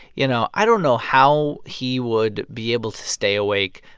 you know, i don't know how he would be able to stay awake.